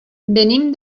venim